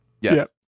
Yes